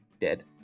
Dead